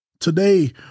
Today